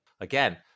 Again